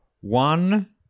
one